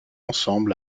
ensemble